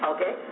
Okay